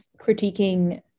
critiquing